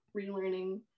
relearning